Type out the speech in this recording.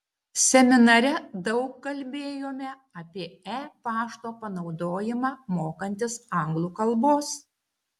seminare daug kalbėjome apie e pašto panaudojimą mokantis anglų kalbos